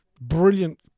Brilliant